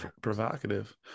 Provocative